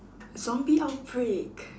zombie outbreak